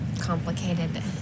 complicated